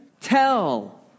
tell